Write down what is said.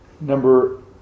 number